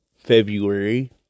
February